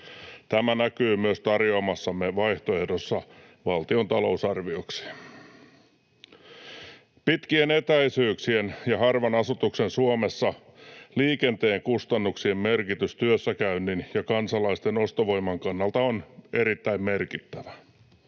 Tämä näkyy myös tarjoamassamme vaihtoehdossa valtion talousarvioksi. Pitkien etäisyyksien ja harvan asutuksen Suomessa liikenteen kustannuksien merkitys työssäkäynnin ja kansalaisten ostovoiman kannalta on erittäin merkittävä.